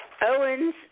Owen's